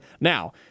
Now